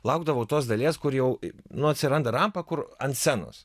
laukdavau tos dalies kur jau nu atsiranda rampa kur ant scenos